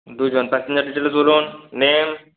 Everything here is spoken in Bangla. দুজন প্যাসেঞ্জার ডিটেলে তুলুন নেম